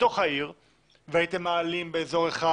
בתך העיר והייתן מעלים באזור אחד,